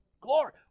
Glory